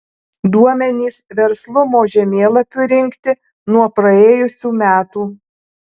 duomenys verslumo žemėlapiui rinkti nuo praėjusių metų